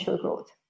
growth